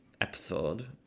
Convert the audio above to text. episode